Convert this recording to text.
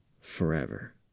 forever